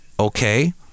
Okay